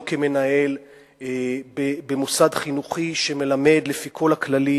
כמנהל במוסד חינוכי שמלמד לפי כל הכללים,